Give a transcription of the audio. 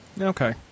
okay